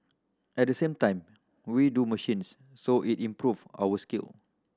at the same time we do machines so it improve our skill